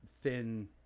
thin